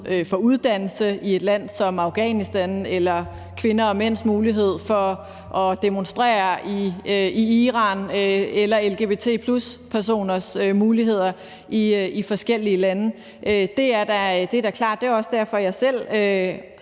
for uddannelse i et land som Afghanistan eller kvinders og mænds mulighed for at demonstrere i Iran eller lgbt+-personers muligheder i forskellige lande. Det er da klart, og det er også derfor, at jeg selv